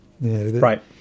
right